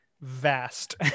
vast